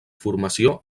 formació